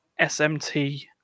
SMT